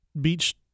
beach